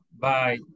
bye